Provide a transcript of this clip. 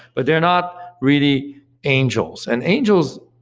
but they're not really angels. and angels,